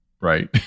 right